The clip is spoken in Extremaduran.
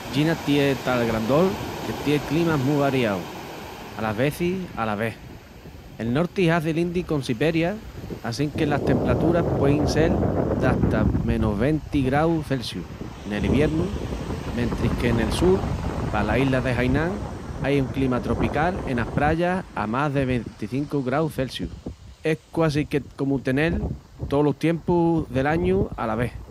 China tié tal grandol que tié climas mu variaus, alas vezis ala ves. El norti hazi lindi con Siberia assínque las templaturas puein sel d'ata -20ºC nel iviernu mentris que nel sul, pala isla de Hainan, ai un clima tropical enas prayas a más de 25º, es quasique comu tenel tolos tiempus del añu ala ves.